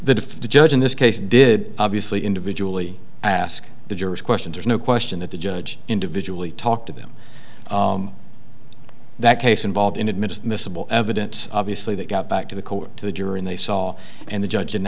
diff to judge in this case did obviously individually ask the jurors questions there's no question that the judge individually talked to them that case involved in admitting miscible evidence obviously they got back to the coach to the jury and they saw and the judge and